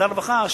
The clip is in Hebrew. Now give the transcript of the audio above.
שר הרווחה,